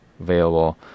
available